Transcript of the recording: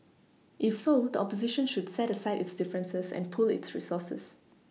if so the opposition should set aside its differences and pool its resources